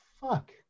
fuck